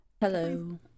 Hello